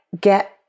Get